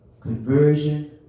conversion